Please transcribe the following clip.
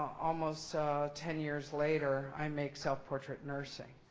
almost so ten years later, i make self-portrait nursing.